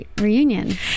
reunion